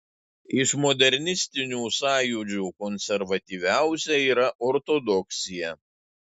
iš modernistinių sąjūdžių konservatyviausia yra ortodoksija